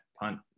punt